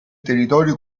territorio